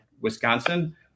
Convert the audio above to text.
Wisconsin